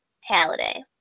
Halliday